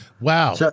Wow